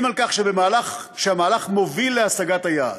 שהמהלך מוביל להשגת היעד.